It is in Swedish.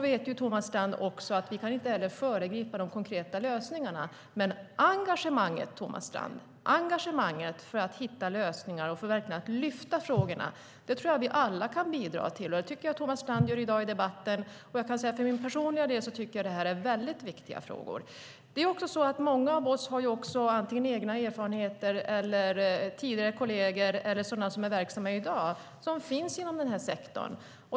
Som Thomas Strand vet kan vi inte föregripa de konkreta lösningarna. Engagemanget för att hitta lösningar och lyfta upp frågorna kan vi alla bidra till. Det gör Thomas Strand i dag i debatten. Personligen tycker jag att det här är väldigt viktiga frågor. Många av oss har egna erfarenheter av detta, eller också har vi tidigare kolleger eller känner andra som i dag är verksamma inom denna sektor.